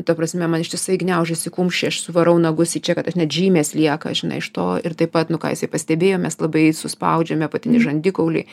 ta prasme man ištisai gniaužiasi kumščiai aš suvarau nagus į čia kad aš net žymės lieka žinai iš to ir taip pat nu ką jisai pastebėjo mes labai suspaudžiame apatinį žandikaulį